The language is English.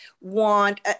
want